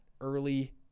early